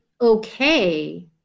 okay